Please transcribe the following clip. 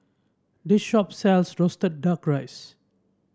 this shop sells roasted duck rice